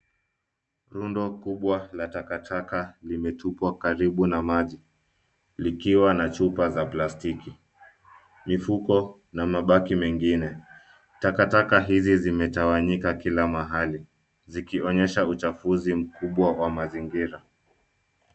Rundo kubwa la takataka limetupwa karibu na maji. Likiwa na chupa za plastiki, mifuko na mabaki mengine. Takataka hizi zimetawanyika kila mahali zikionyesha uchafuzi mkubwa wa mazingira.